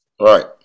Right